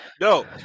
no